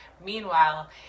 Meanwhile